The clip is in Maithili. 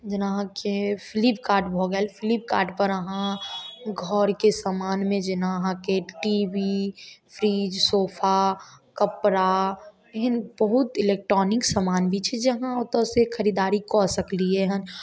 जेना अहाँके फ्लिपकार्ट भऽ गेल फ्लिपकार्टपर अहाँ घरके सामानमे जेना अहाँके टी वी फ्रिज सोफा कपड़ा एहन बहुत इलेक्ट्रॉनिक सामान भी छै जे अहाँ ओतऽसँ खरीदारी कऽ सकलियेहँ